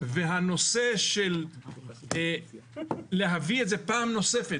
והנושא של להביא את זה פעם נוספת,